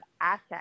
assets